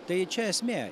tai čia esmė